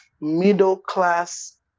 middle-class